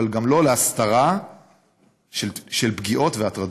אבל גם לא להסתרה של פגיעות והטרדות.